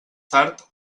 tard